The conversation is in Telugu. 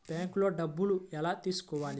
బ్యాంక్లో డబ్బులు ఎలా తీసుకోవాలి?